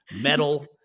metal